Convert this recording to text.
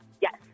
Yes